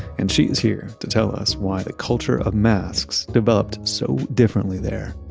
and she's here to tell us why the culture of masks developed so differently there,